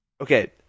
Okay